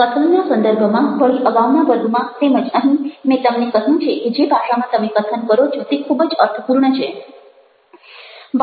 કથનના સંદર્ભમાં વળી અગાઉના વર્ગમાં તેમજ અહીં મેં તમને કહ્યું છે કે જે ભાષામાં તમે કથન કરો છો તે ખૂબ જ અર્થપૂર્ણ છે